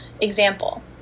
example